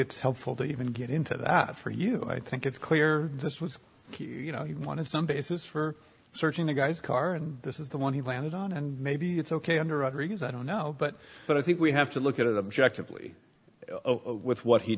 it's helpful to even get into that for you i think it's clear this was you know you wanted some basis for searching the guy's car and this is the one he landed on and maybe it's ok under rodriguez i don't know but but i think we have to look at it objectively with what he